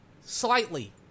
Slightly